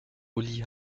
uli